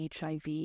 HIV